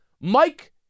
Mike